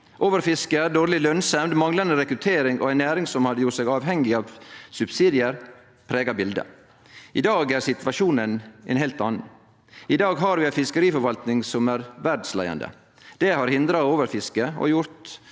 Overfiske, dårleg lønsemd, manglande rekruttering og ei næring som hadde gjort seg avhengig av subsidiar, prega bildet. I dag er situasjonen ein heilt annan. I dag har vi ei fiskeriforvalting som er verdsleiande. Det har hindra overfiske og gjort